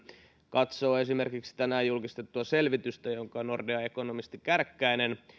katsoo esimerkiksi tänään julkistettua selvitystä jonka nordean ekonomisti kärkkäinen